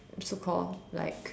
so called like